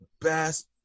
best